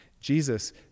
Jesus